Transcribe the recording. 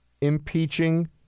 impeaching